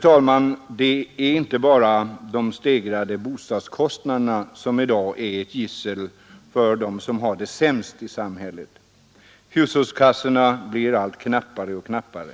talman! Det är inte bara de stegrade boendekostnaderna som i dag är ett gissel för dem som har det sämst ställt här i samhället. Hushållskassorna blir allt knappare och knappare.